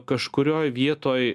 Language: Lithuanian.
kažkurioj vietoj